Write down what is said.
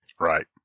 right